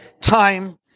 time